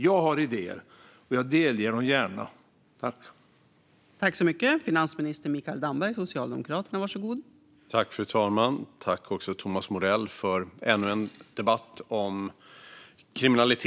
Jag har idéer, och jag delger gärna statsrådet dem.